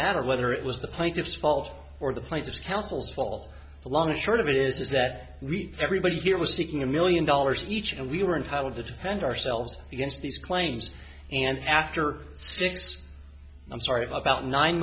matter whether it was the plaintiffs fault or the plaintiffs councils fall along the short of it is is that really everybody here was seeking a million dollars each and we were entitled to defend ourselves against these claims and after six i'm sorry about nine